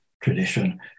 tradition